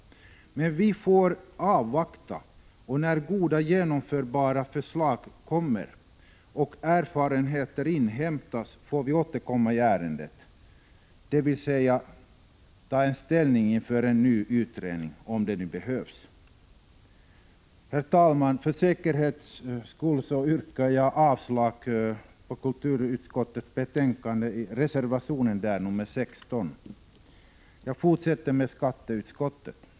Men vi får avvakta, och när goda och genomförbara förslag läggs fram och erfarenheter har inhämtats får vi återkomma till ärendet. 51 Herr talman! För säkerhets skull yrkar jag avslag på reservation 16 till kulturutskottets betänkande.